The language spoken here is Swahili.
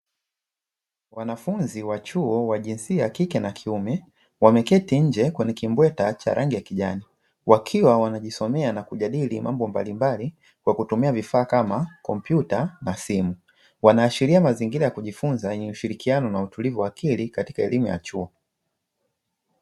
Wanafunzi wa chuo wa jinsia ya kike na kiume wameketi nje kwenye kimbweta cha rangi ya kijani wakiwa wanajisomea na kujadili mambo mbalimbali kwa kutumia vifaa kama kompyuta na simu, wanaashiria mazingira ya kujifunza yenye ushirikiano na utulivu wa akili katika elimu ya chuo.